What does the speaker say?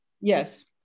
Yes